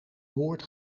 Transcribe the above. moord